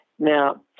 Now